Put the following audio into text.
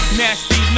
nasty